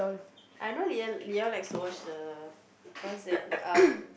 I know Leon Leon likes to watch the what's that um